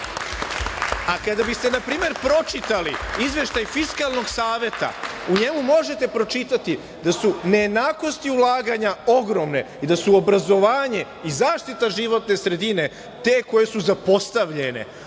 itd. Kada biste, na primer, pročitali izveštaj Fiskalnog saveta, u njemu možete pročitati da su nejednakosti ulaganja ogromne i da su obrazovanje i zaštita životne sredine te koje su zapostavljene,